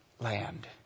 land